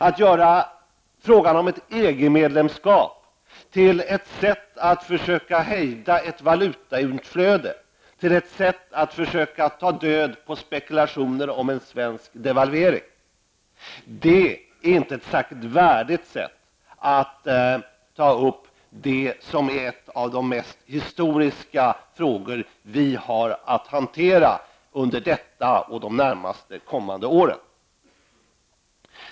Att göra frågan om ett EG-medlemskap till ett sätt att försöka hejda ett valutautflöde och till ett sätt att försöka ta död på spekulationer om en svensk devalvering är inte ett särskilt värdigt sätt att ta upp en av de mest historiskt betydelsefulla frågor som vi har att hantera under detta år och de kommande åren.